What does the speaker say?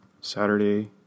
Saturday